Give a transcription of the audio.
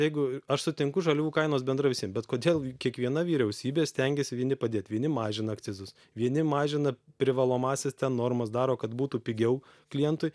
jeigu aš sutinku žaliavų kainos bendrai visiem bet kodėl kiekviena vyriausybė stengiasi vieni padėt vieni mažina akcizus vieni mažina privalomąsias ten normas daro kad būtų pigiau klientui